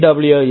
W